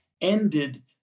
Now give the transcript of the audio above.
ended